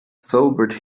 sobered